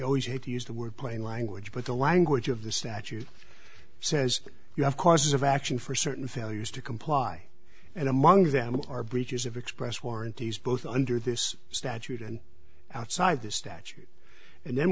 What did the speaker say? always hate to use the word plain language but the language of the statute says you have courses of action for certain failures to comply and among them are breaches of express warranties both under this statute and outside the statute and then